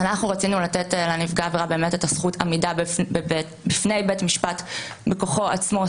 אנחנו רצינו לתת לנפגע העבירה את זכות העמידה בפני בית משפט בכוחו עצמו,